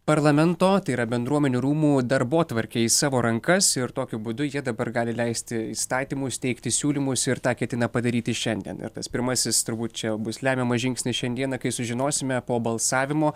parlamento tai yra bendruomenių rūmų darbotvarkę į savo rankas ir tokiu būdu jie dabar gali leisti įstatymus teikti siūlymus ir tą ketina padaryti šiandien ir tas pirmasis turbūt čia bus lemiamas žingsnis šiandieną kai sužinosime po balsavimo